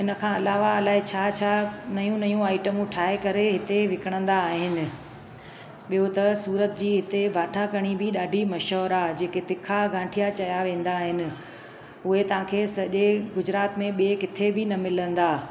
इन खां अलावा अलाइ छा छा नयूं आइटमूं ठाहे करे हिते विकड़ंदा आहिनि ॿियो त सूरत जी हिते बाठा कढ़ी बि ॾाढी मशहूरु आहे जेके तिखा गाठियां चया वेंदा आहिनि उहे तव्हांखे सॼे गुजरात में ॿिए किथे बि न मिलंदा